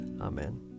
Amen